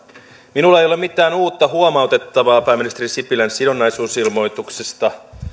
minulla ei ole mitään uutta huomautettavaa pääministeri sipilän sidonnaisuusilmoituksista